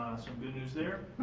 some good news there.